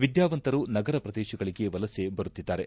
ವಿದ್ಯಾವಂತರು ನಗರ ಪ್ರದೇಶಗಳಿಗೆ ವಲಸೆ ಬರುತ್ತಿದ್ದಾರೆ